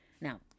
Now